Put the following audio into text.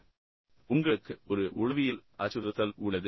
எனவே உங்களுக்கு ஒரு உளவியல் அச்சுறுத்தல் உள்ளது